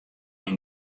myn